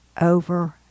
Over